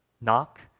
Knock